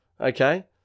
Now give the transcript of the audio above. okay